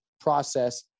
process